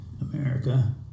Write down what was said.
America